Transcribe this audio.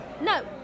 No